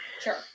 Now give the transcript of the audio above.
Sure